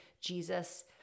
Jesus